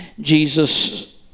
Jesus